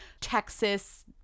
texas